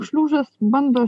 šliužas bando